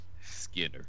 Skinner